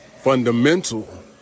fundamental